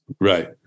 Right